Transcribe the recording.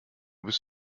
bist